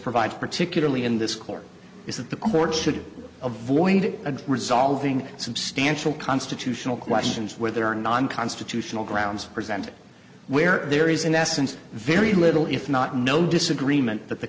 provides particularly in this court is that the court should avoid a resolving substantial constitutional questions where there are non constitutional grounds presented where there is in essence very little if not no disagreement that the